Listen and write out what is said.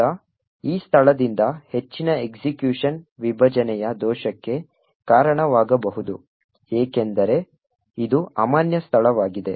ಈಗ ಈ ಸ್ಥಳದಿಂದ ಹೆಚ್ಚಿನ ಎಕ್ಸಿಕ್ಯುಷನ್ ವಿಭಜನೆಯ ದೋಷಕ್ಕೆ ಕಾರಣವಾಗಬಹುದು ಏಕೆಂದರೆ ಇದು ಅಮಾನ್ಯ ಸ್ಥಳವಾಗಿದೆ